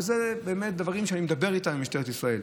ואלה באמת דברים שאני מדבר עליהם עם משטרת ישראל.